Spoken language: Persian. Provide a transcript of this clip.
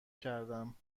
کردم